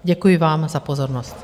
Děkuji vám za pozornost.